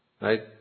right